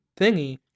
thingy